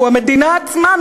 שהוא המדינה עצמה,